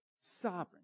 Sovereign